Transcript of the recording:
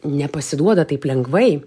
nepasiduoda taip lengvai